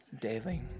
daily